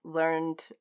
learned